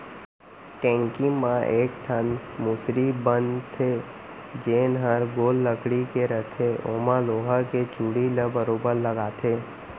ढेंकी म एक ठन मुसरी बन थे जेन हर गोल लकड़ी के रथे ओमा लोहा के चूड़ी ल बरोबर लगाथे